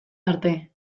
arte